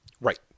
Right